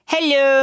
Hello